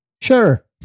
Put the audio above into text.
Sure